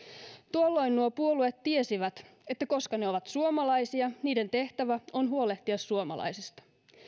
tuolloin nuo puolueet tiesivät että koska ne ovat suomalaisia niiden tehtävä on huolehtia suomalaisista